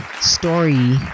story